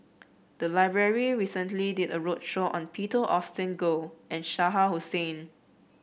the library recently did a roadshow on Peter Augustine Goh and Shah Hussain